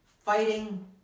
fighting